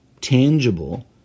tangible